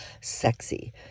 sexy